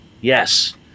Yes